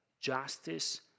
Justice